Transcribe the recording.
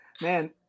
Man